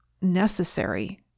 necessary